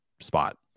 spot